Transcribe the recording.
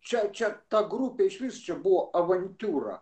čia čia ta grupė išvis čia buvo avantiūra